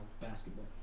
basketball